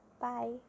bye